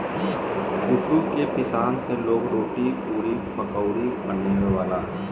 कुटू के पिसान से लोग रोटी, पुड़ी, पकउड़ी बनावेला